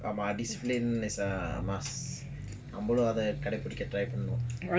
um our discipline is a must try பண்ணனும்:pannanum